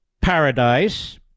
paradise